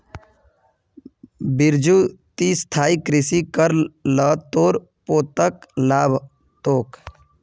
बिरजू ती स्थायी कृषि कर ल तोर पोताक लाभ ह तोक